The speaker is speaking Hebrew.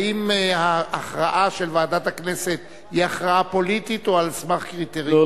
האם ההכרעה של ועדת הכנסת היא הכרעה פוליטית או על סמך קריטריונים?